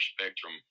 spectrum